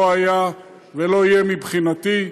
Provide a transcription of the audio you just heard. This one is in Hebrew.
לא היה ולא יהיה, מבחינתי.